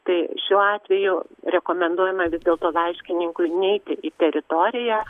tai šiuo atveju rekomenduojama vis dėlto laiškininkui neiti į teritoriją